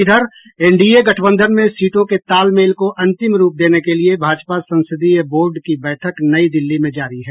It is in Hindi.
इधर एनडीए गठबंधन में सीटों के तालमेल को अंतिम रूप देने के लिए भाजपा संसदीय बोर्ड की बैठक नई दिल्ली में जारी है